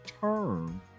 term